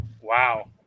Wow